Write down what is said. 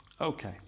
Okay